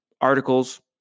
articles